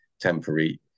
temporary